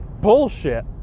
bullshit